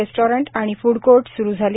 restaurant आणि food court सुरु झाली